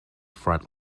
front